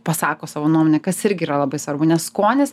pasako savo nuomonę kas irgi yra labai svarbu nes skonis